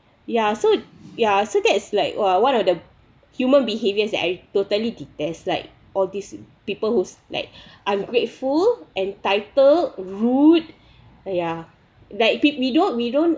ya so ya so that's like !wah! one of the human behaviors that I totally detest like all these people whose like ungrateful entitled rude !aiya! that peep~ we don't we don't